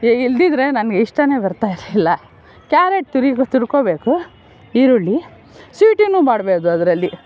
E ಇಲ್ಲದಿದ್ರೆ ನಾನು ಇಷ್ಟನೇ ಪಡ್ತಾಯಿರಲಿಲ್ಲ ಕ್ಯಾರೆಟ್ ತುರಿ ತುರ್ಕೊಬೇಕು ಈರುಳ್ಳಿ ಸ್ವೀಟುನು ಮಾಡಬಹುದು ಅದರಲ್ಲಿ